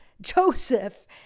Joseph